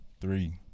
Three